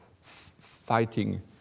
fighting